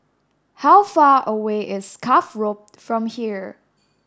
how far away is Cuff Road from here